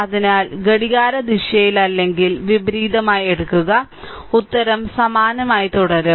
അതിനാൽ ഘടികാരദിശയിൽ അല്ലെങ്കിൽ വിപരീതമായി എടുക്കുക ഉത്തരം സമാനമായി തുടരും